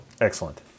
Excellent